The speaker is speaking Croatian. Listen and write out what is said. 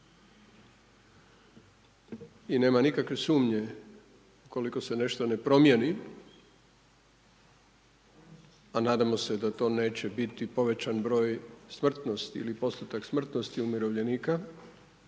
I nema nikakve sumnje u koliko se nešto ne promijeni, a nadamo se da to neće biti, povećan broj smrtnosti ili postotak smrtnosti umirovljenika